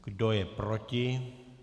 Kdo je proti?